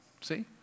See